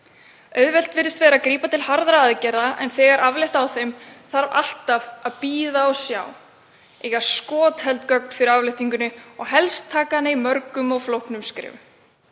Auðvelt virðist vera að grípa til harðra aðgerða en þegar á að aflétta þeim þarf alltaf að bíða og sjá, eiga skotheld gögn fyrir afléttingunni og helst taka hana í mörgum og flóknum skrefum.